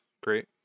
great